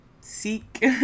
seek